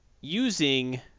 using